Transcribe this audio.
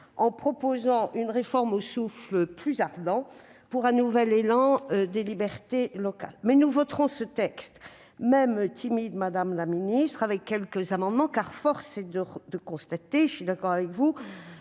en proposant une réforme au souffle plus ardent pour un nouvel élan des libertés locales. Néanmoins, nous voterons ce projet de loi organique, même timide, madame la ministre, modifié par quelques amendements, car force est de constater- et je suis d'accord avec vous